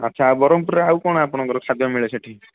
ଆଚ୍ଛା ବ୍ରହ୍ମପୁରରେ ଆଉ କ'ଣ ଆପଣଙ୍କ ଖାଦ୍ୟ ମିଳେ ସେଠି